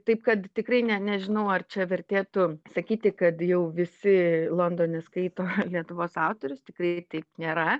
taip kad tikrai ne nežinau ar čia vertėtų sakyti kad jau visi londone skaito lietuvos autorius tikrai taip nėra